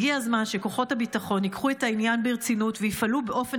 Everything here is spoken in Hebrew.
הגיע הזמן שכוחות הביטחון ייקחו את העניין ברצינות ויפעלו באופן